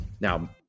Now